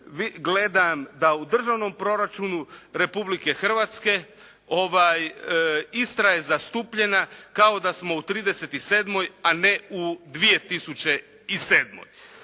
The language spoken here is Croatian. gledam da u državnom proračunu Republike Hrvatske, Istra je zastupljena kao da smo u '37. a ne u 2007.